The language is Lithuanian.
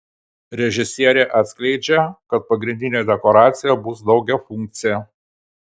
režisierė atskleidžia kad pagrindinė dekoracija bus daugiafunkcė